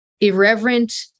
irreverent